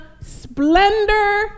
splendor